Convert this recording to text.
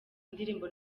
indirimbo